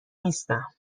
نیستم